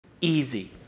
easy